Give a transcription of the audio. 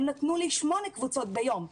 הם נתנו לי שמונה קבוצות ביום.